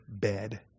bed